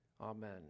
Amen